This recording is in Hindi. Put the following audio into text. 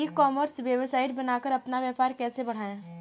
ई कॉमर्स वेबसाइट बनाकर अपना व्यापार कैसे बढ़ाएँ?